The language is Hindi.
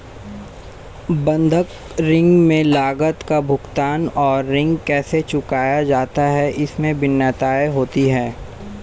बंधक ऋण में लागत का भुगतान और ऋण कैसे चुकाया जाता है, इसमें भिन्नताएं होती हैं